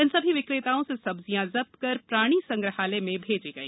इन सभी विक्रेताओं से सब्जियां जब्त कर प्राणी संग्रहालय में भेजी गई